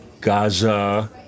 Gaza